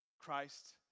Christ